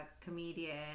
comedian